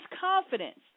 confidence